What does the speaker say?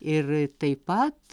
ir taip pat